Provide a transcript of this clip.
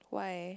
why